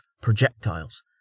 projectiles